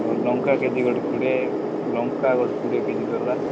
ହଉ ଲଙ୍କା K G ଗୋଟେ କୋଡ଼ିଏ ଲଙ୍କା ଗୋଟେ କୋଡ଼ିଏ କେ ଜି ଦରକାର